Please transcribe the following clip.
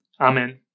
Amen